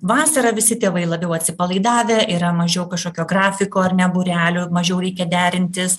vasarą visi tėvai labiau atsipalaidavę yra mažiau kažkokio grafiko ar ne būrelių mažiau reikia derintis